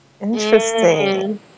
Interesting